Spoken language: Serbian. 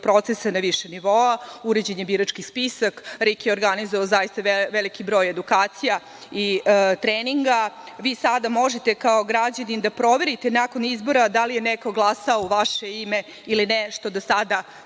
procesa na više nivoa, uređen je birački spisak, RIK je organizovao zaista veliki broj edukacija i treninga. Vi sada možete kao građanin da proverite, nakon izbora, da li je neko glasao u vaše ime ili ne, što do sada